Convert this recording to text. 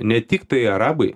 ne tik tai arabai